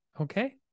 Okay